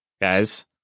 Guys